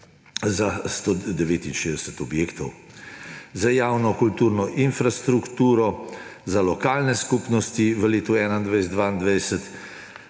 za 169 objektov. Za javno kulturno infrastrukturo za lokalne skupnosti v letu 2021,